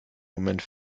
moment